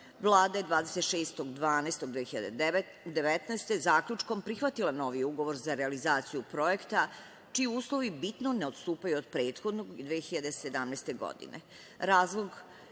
Vlada je 26. decembra 2019. godine zaključkom prihvatila novi ugovor za realizaciju projekta čiji uslovi bitno ne odstupaju od prethodnog 2017. godine.